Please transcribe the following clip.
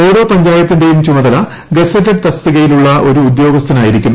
ഓരോ പഞ്ചായത്തിന്റെയും ചുമതല ഗസറ്റഡ് തസ്തികയിലുള്ള ഒരു ഉദ്യോഗസ്ഥനായിരിക്കും